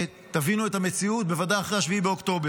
ותבינו את המציאות, בוודאי אחרי 7 באוקטובר.